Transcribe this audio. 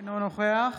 אינו נוכח